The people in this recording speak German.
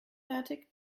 fertig